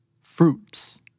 fruits